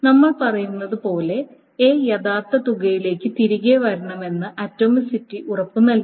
നമ്മൾ പറയുന്നതുപോലെ A യഥാർത്ഥ തുകയിലേക്ക് തിരികെ വരണമെന്ന് ആറ്റോമിസിറ്റി ഉറപ്പ് നൽകണം